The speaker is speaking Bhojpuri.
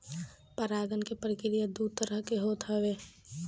परागण के प्रक्रिया दू तरह से होत हवे